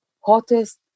hottest